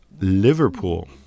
Liverpool